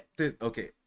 Okay